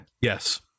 Yes